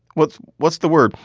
what's what's the word?